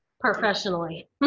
professionally